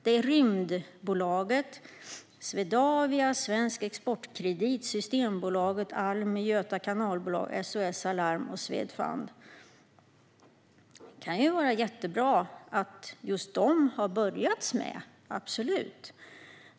Det är Rymdbolaget, Swedavia, Svensk Exportkredit, Systembolaget, Almi, Göta kanalbolag, SOS Alarm och Swedfund. Det kan vara jättebra att man har börjat med just dessa - absolut.